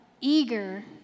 eager